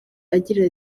agira